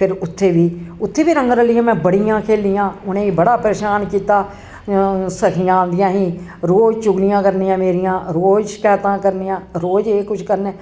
फिर उत्थें बी उत्थें बी रंग रलियां बड़ियां खेलियां उनेंगी बड़ा परेशान कीता सखियां औंदियां हां रोज चुगलियां करनियां मेरियां रोज शकैतां करनियां रोज एह् कुछ करने